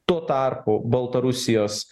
tuo tarpu baltarusijos